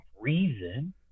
reason